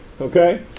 Okay